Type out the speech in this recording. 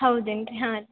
ಹೌದೇನ್ರೀ ಹಾಂ